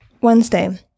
Wednesday